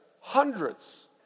hundreds